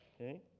okay